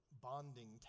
bonding